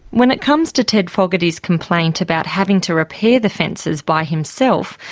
when it comes to ted fogarty's complaint about having to repair the fences by himself,